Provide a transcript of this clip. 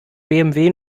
bmw